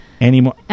anymore